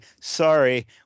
sorry